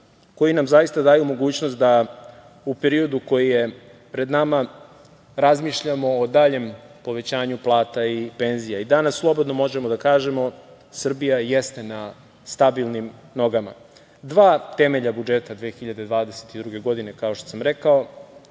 koji nam zaista daju mogućnost da u periodu koji je pred nama razmišljamo o daljem povećanju plata i penzija. I danas slobodno možemo da kažemo da Srbija jeste na stabilnim nogama, dva temelja budžeta 2020. godine, kao što sam rekao,